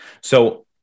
So-